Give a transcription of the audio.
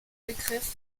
begriff